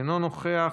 אינו נוכח,